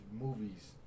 movies